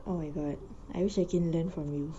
oh my god I wish I can learn from you